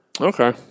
Okay